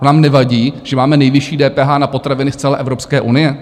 Vám nevadí, že máme nejvyšší DPH na potraviny z celé Evropské unie?